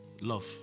Love